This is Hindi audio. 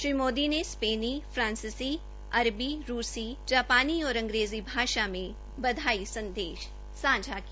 श्री मोदी ने स्पेनी फांसीसी अरबी रूसी जापानी और अंग्रेजी भाषा में बधाई संदेश सांझा किया